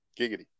Giggity